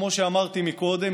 כמו שאמרתי קודם,